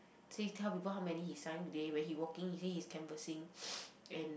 say tell people how many he sign today where he walking he say he's canvassing and